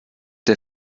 der